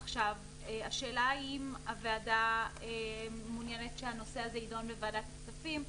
השאלה היא אם הוועדה מעוניינת שהנושא הזה יידון בוועדת הכספים,